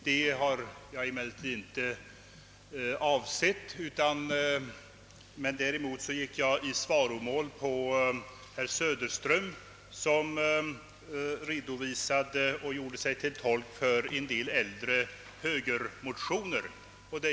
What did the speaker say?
Detta har inte varit min avsikt. Däremot gick jag i svaromål mot herr Söderström, som redovisade och gjorde sig till talesman för en del högermotioner.